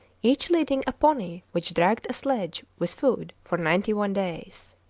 each leading a pony which dragged a sledge with food for ninety-one days.